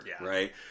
right